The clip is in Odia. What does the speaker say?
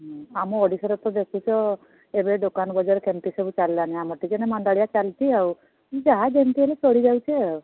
ଆମ ଓଡ଼ିଶାରେ ତ ଦେଖୁଛ ଏବେ ଦୋକାନ ବଜାର କେମତି ସବୁ ଚାଲିଲାଣି ଆମର ଟିକିଏ ଏଇନା ମାନ୍ଦାଳିଆ ଚାଲିଛି ଆଉ ଯାହା ଯେମତି ହେଲେ ଚଳିଯାଉଛି ଆଉ